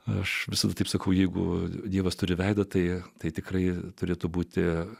aš visada taip sakau jeigu dievas turi veidą tai tai tikrai turėtų būti